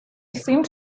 seemed